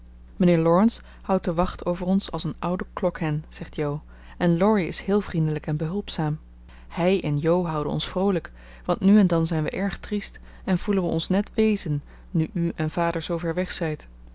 mijnheer laurence houdt de wacht over ons als een oude klokhen zegt jo en laurie is heel vriendelijk en behulpzaam hij en jo houden ons vroolijk want nu en dan zijn we erg triest en voelen we ons net weezen nu u en vader zoo ver weg zijt